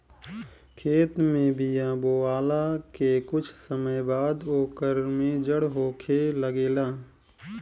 खेत में बिया बोआला के कुछ समय बाद ओकर में जड़ होखे लागेला